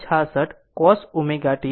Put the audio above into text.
66 cos ω t છે